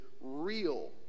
real